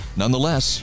nonetheless